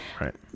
Right